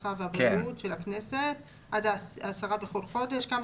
הרווחה והבריאות של הכנסת עד 10 בכל חודש כמה